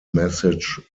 message